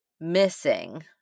missing